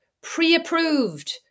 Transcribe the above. pre-approved